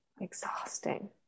exhausting